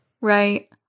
right